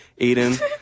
Aiden